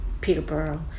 Peterborough